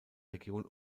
region